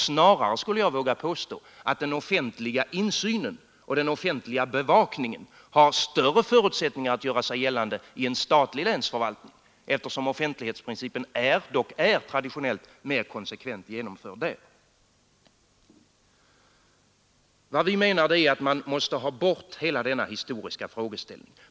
Snarare skulle jag vilja påstå att den offentliga insynen och den offentliga bevakningen har större förutsättningar att göra sig gällande i en statlig länsförvaltning, eftersom offentlighetsprincipen dock traditionellt är mera konsekvent genomförd där. Vad vi menar är att man måste ha bort hela denna historiska frågeställning.